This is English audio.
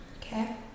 Okay